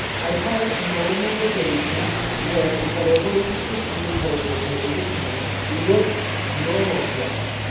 i call it normalization where whatever we perceive over a period of time looks normal to us.